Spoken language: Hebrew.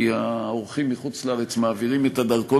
כי האורחים מחוץ-לארץ מעבירים את הדרכון